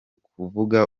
kuvuga